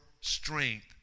strength